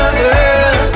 girl